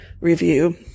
review